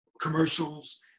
commercials